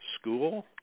school